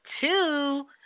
two